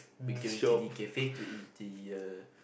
we're going to the cafe to eat the uh